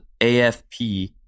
AFP